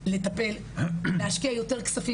לטפל, להשקיע יותר כספים.